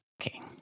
Okay